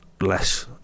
less